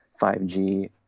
5g